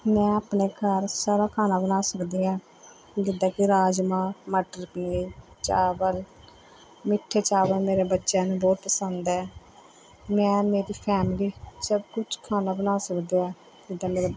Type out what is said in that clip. ਮੈਂ ਆਪਣੇ ਘਰ ਸਾਰਾ ਖਾਣਾ ਬਣਾ ਸਕਦੀ ਹਾਂ ਜਿੱਦਾਂ ਕਿ ਰਾਜਮਾਹ ਮਟਰ ਪਨੀਰ ਚਾਵਲ ਮਿੱਠੇ ਚਾਵਲ ਮੇਰੇ ਬੱਚਿਆਂ ਨੂੰ ਬਹੁਤ ਪਸੰਦ ਹੈ ਮੈਂ ਮੇਰੀ ਫੈਮਿਲੀ ਸਭ ਕੁਛ ਖਾਣਾ ਬਣਾ ਸਕਦੇ ਆ ਜਿੱਦਾਂ ਮੇਰੇ